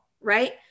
right